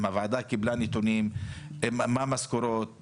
אם הוועדה קיבלה נתונים מה המשכורות,